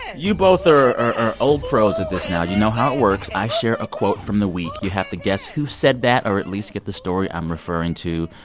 you both are old pros at this now. you know how it works. i share a quote from the week. you have to guess who said that or at least get the story i'm referring to.